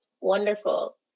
Wonderful